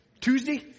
Tuesday